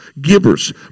givers